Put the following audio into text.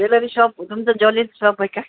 jewellery शॉपमध्ये jewellery shop आहे का